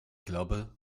glaube